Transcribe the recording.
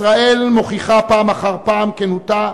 ישראל מוכיחה פעם אחר פעם את כנותה,